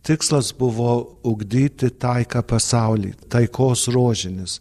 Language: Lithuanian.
tikslas buvo ugdyti taiką pasauly taikos rožinis